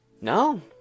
no